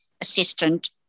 assistant